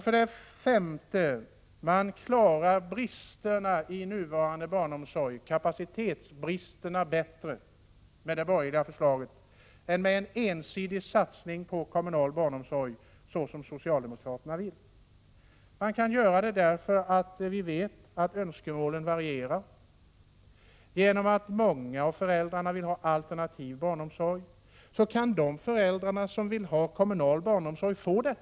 För det femte: Man klarar kapacitetsbristerna i nuvarande barnomsorg bättre med det borgerliga förslaget än med den ensidiga satsning på kommunal barnomsorg som socialdemokraterna vill ha. Vi vet ju att önskemålen varierar. Genom att många av föräldrarna vill ha alternativ, kan de föräldrar som efterfrågar kommunal barnomsorg få det.